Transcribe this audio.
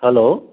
hello